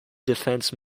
defence